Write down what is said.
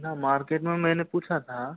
ना मार्केट में मैंने पूछा था